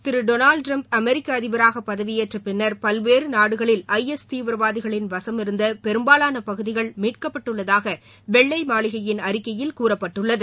திரு Donald Trump அமெரிக்க அதிபராக பதவியேற்ற பின்னர் பல்வேறு நாடுகளில் ஐஎஸ் தீவிரவாதிகளின் வசம் இருந்த பெரும்பாவான பகுதிகள் மீட்கப்பட்டுள்ளதாக வெள்ளை மாளிகையின் அறிக்கையில் கூறப்பட்டுள்ளது